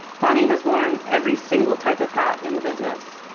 bonnie has worn every single type of hat in the business,